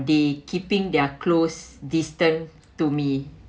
the keeping their close distance to me